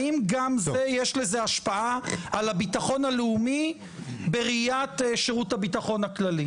האם גם זה יש לזה השפעה על הביטחון הלאומי בראיית שירות הביטחון הכללי?